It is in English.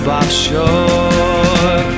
offshore